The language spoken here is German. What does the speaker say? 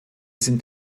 sind